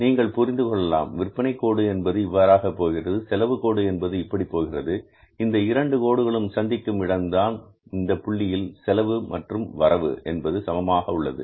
நீங்கள் புரிந்துகொள்ளலாம் விற்பனை கோடு என்பது இவ்வாறாக போகிறது செலவு கோடு என்பது இப்படி போகிறது இந்த இரண்டு கோடுகளும் சந்திக்கும் இந்த இடம்தான் இந்தப் புள்ளியில் செலவு மற்றும் வரவு என்பது சமமாக உள்ளது